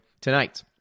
tonight